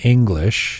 English